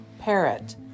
parrot